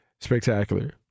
spectacular